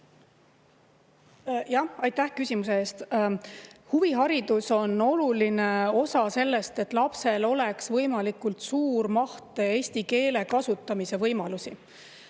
Aitäh küsimuse eest! Huviharidusel on oluline osa selles, et lapsel oleks võimalikult suures mahus eesti keele kasutamise võimalusi.